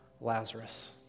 Lazarus